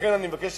לכן אני מבקש,